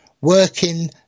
working